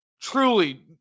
truly